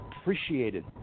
appreciated